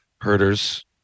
Herders